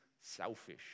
Selfish